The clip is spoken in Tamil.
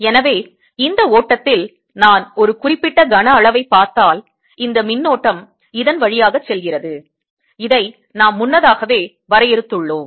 எனவே இந்த ஓட்டத்தில் நான் ஒரு குறிப்பிட்ட கனஅளவைப் பார்த்தால் இந்த மின்னோட்டம் இதன் வழியாகச் செல்கிறது இதை நாம் முன்னதாகவே வரையறுத்துள்ளோம்